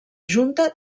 junta